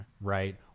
right